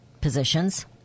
positions